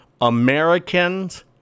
Americans